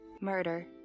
murder